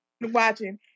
watching